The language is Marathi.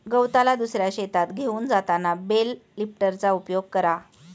गवताला दुसऱ्या शेतात घेऊन जाताना बेल लिफ्टरचा उपयोग करा